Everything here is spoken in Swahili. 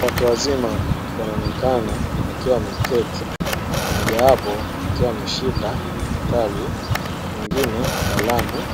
Watu wazima wanaonekana wakiwa wameketi, mmojawapo akiwa ameshika kitabu, mwingine kalamu